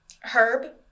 Herb